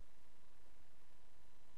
לצערי,